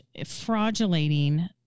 fraudulating